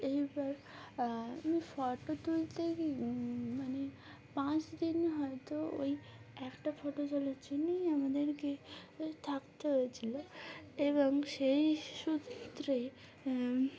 এইবার আমি ফটো তুলতে গিয়ে মানে পাঁচ দিন হয়তো ওই একটা ফটো তোলার জন্যেই আমাদেরকে থাকতে হয়েছিলো এবং সেই সূত্রেই